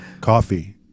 coffee